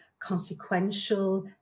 consequential